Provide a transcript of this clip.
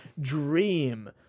dream